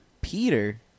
Peter